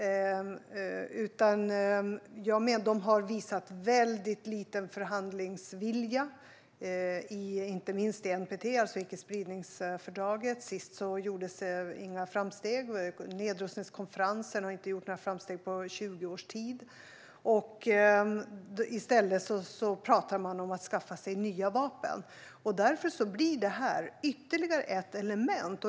Dessa stater har visat liten förhandlingsvilja i inte minst NPT, icke-spridningsfördraget. Sist gjordes inga framsteg. Nedrustningskonferensen har inte gjort några framsteg under 20 års tid. I stället pratar man om att skaffa sig nya vapen. Därför blir den här konventionen ytterligare ett element.